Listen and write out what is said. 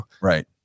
right